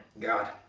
god.